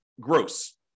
gross